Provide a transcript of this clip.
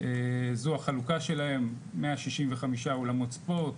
זו החלוקה שלהם 165 אולמות ספורט,